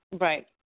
Right